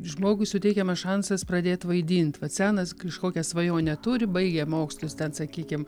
žmogui suteikiamas šansas pradėt vaidint senas kažkokias svajonę turi baigė mokslus ten sakykim